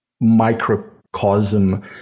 microcosm